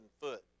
foot